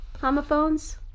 homophones